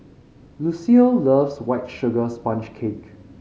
Lucille loves White Sugar Sponge Cake